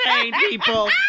people